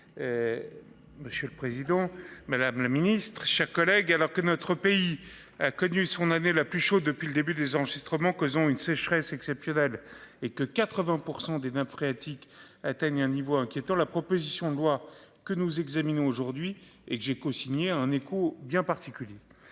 Monsieur le Président Madame la Ministre chers collègues alors que notre pays a connu son année la plus chaud depuis le début des enregistrements, causant une sécheresse exceptionnelle et que 80% des nappes phréatiques atteigne un niveau inquiétant, la proposition de loi que nous examinons aujourd'hui et que j'ai cosigné un écho bien particulier.